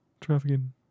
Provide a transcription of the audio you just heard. trafficking